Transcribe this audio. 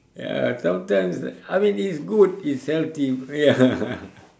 ya sometimes I mean it's good it's healthy ya